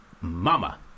Mama